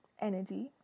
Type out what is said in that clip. energy